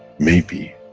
maybe,